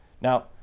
now